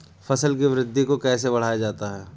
फसल की वृद्धि को कैसे बढ़ाया जाता हैं?